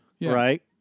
right